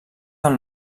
del